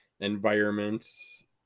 environments